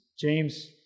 James